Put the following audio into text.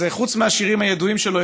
אז חוץ מהשירים הידועים שלו,